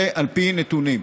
זה על פי נתונים.